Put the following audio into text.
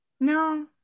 no